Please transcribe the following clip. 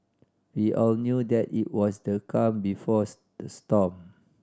we all knew that it was the calm before storm